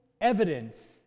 evidence